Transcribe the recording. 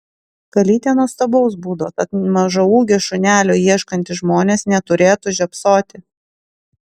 kalytė nuostabaus būdo tad mažaūgio šunelio ieškantys žmonės neturėtų žiopsoti